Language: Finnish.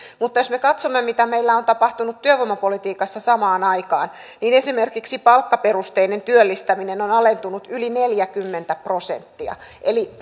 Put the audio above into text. jos me katsomme mitä meillä on tapahtunut työvoimapolitiikassa samaan aikaan niin esimerkiksi palkkaperusteinen työllistäminen on alentunut yli neljäkymmentä prosenttia eli